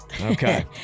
Okay